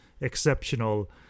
exceptional